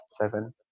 seven